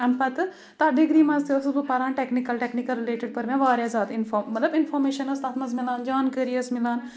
اَمہِ پَتہٕ تَتھ ڈِگری منٛز تہِ ٲسٕس بہٕ پَران ٹؠکنِکَل ٹؠکنِکل رِلیٹٕڈ پٔر مےٚ واریاہ زیادٕ اِنفا مَطلب اِنفارمیشَن ٲس تَتھ منٛز مِلان جانٛکٲری ٲس مِلان